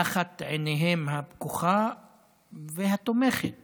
תחת עינם הפקוחה והתומכת